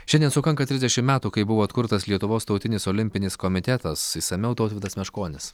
šiandien sukanka tisdešimt metų kai buvo atkurtas lietuvos tautinis olimpinis komitetas išsamiau tautvydas meškonis